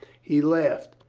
he laughed.